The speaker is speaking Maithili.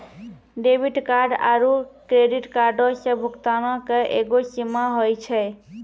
डेबिट कार्ड आरू क्रेडिट कार्डो से भुगतानो के एगो सीमा होय छै